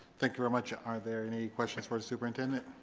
thank you very much. are there any questions for superintendent?